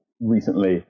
recently